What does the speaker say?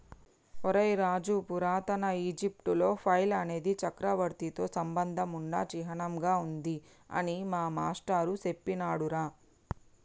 ఒరై రాజు పురాతన ఈజిప్టులో ఫైల్ అనేది చక్రవర్తితో సంబంధం ఉన్న చిహ్నంగా ఉంది అని మా మాష్టారు సెప్పినాడురా